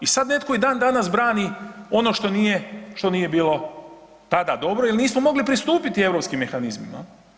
I sad netko i dan danas brani ono što nije, što nije bilo tada dobro jel nismo mogli pristupiti europskim mehanizmima.